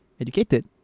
educated